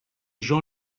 jean